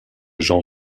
jean